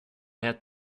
had